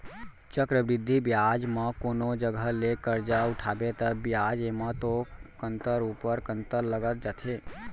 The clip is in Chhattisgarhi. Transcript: चक्रबृद्धि बियाज म कोनो जघा ले करजा उठाबे ता बियाज एमा तो कंतर ऊपर कंतर लगत जाथे